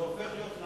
זה הופך להיות,